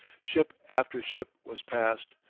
ship after ship was passed,